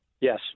Yes